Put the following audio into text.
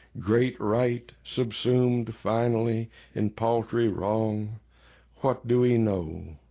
great right subsumed finally in paltry wrong what do we know?